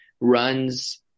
runs